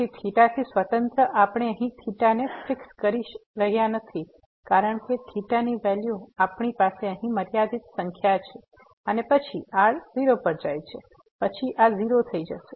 તેથી થેટા થી સ્વતંત્ર આપણે અહીં થીટા ને ફિક્સ કરી રહ્યાં નથી કારણ કે થેટાની વેલ્યુ આપણી પાસે અહીં મર્યાદિત સંખ્યા છે અને પછી r 0 પર જાય છે પછી આ 0 થઈ જશે